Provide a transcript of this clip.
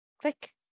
Click